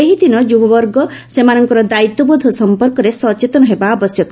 ଏହି ଦିନ ଯୁବବର୍ଗ ସେମାନଙ୍କର ଦାୟିତ୍ୱବୋଧ ସମ୍ପର୍କରେ ସଚେତନ ହେବା ଆବଶ୍ୟକ